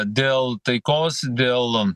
dėl taikos dėl